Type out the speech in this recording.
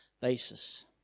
basis